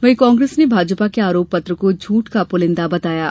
वहीं कांग्रेस ने भाजपा के आरोप पत्र को झूठ का पुलिंदा बताया है